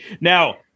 Now